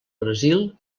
brasil